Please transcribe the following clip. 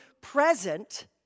present